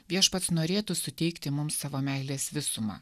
viešpats norėtų suteikti mums savo meilės visumą